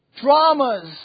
dramas